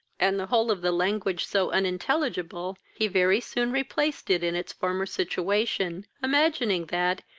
and the whole of the language so unintelligible, he very soon replaced it in its former situation, imagining that,